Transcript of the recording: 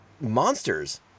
monsters